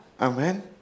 Amen